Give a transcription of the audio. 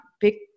pick